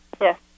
Yes